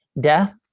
death